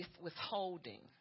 withholding